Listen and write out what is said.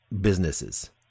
businesses